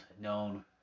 known